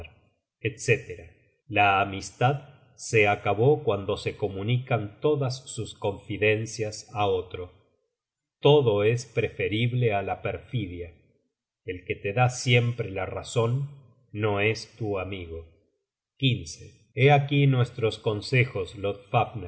etc la amistad se acabó cuando se comunican todas sus confidencias á otro todo es preferible á la perfidia el que te da siempre la razon no es tu amigo hé aquí nuestros consejos